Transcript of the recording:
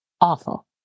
awful